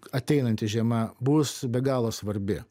ateinanti žiema bus be galo svarbi